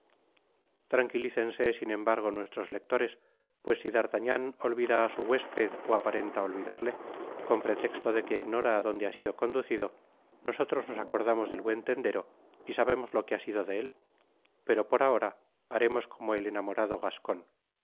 tranquilícense sin embargo nuestros lectores pues si d'artagnan olvida á su huésped ó aparenta olvidarle con protesto de que ignora á donde ha sido conducido nosotros nos acordamos del buen tendero y sabemos lo que ha sido de él pero por ahora haremos como el enamorado gascon mas